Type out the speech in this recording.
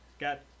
got